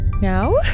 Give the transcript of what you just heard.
Now